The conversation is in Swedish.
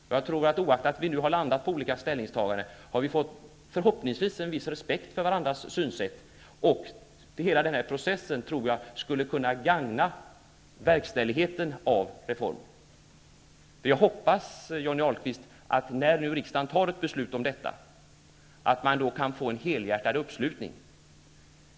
Oaktat att vi nu har landat på olika ställningstaganden, har vi förhoppningsvis fått en viss respekt för varandras synsätt, och jag tror att hela denna process skulle kunna gagna verkställigheten av reformen. Jag hoppas, Johnny Ahlqvist, att det kan bli en helhjärtad uppslutning när nu riksdagen fattar ett beslut om detta.